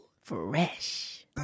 Fresh